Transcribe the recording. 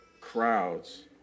crowds